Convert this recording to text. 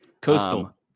Coastal